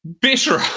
bitter